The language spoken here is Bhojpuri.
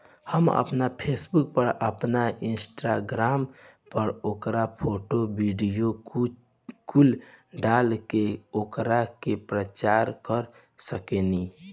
हम आपना फेसबुक पर, आपन इंस्टाग्राम पर ओकर फोटो, वीडीओ कुल डाल के ओकरा के प्रचार कर सकेनी